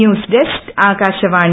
news desk Akashvani